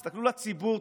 תסתכלו על הציבור,